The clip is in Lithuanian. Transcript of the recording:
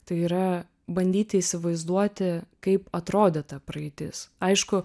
tai yra bandyti įsivaizduoti kaip atrodė ta praeitis aišku